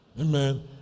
Amen